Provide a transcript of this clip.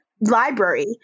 library